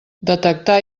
detectar